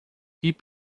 keep